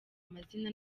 amazina